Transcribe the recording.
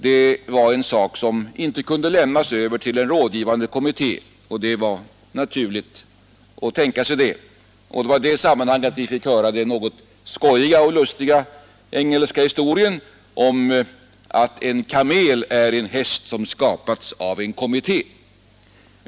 Det är en sak som inte kan lämnas över till en rådgivande kommitté. Det var naturligt att ha det så. I det sammanhanget fick vi höra den något lustiga engelska historien om att ”en kamel är en häst som skapats av en kommitté”.